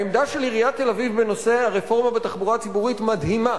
העמדה של עיריית תל-אביב בנושא הרפורמה בתחבורה הציבורית מדהימה.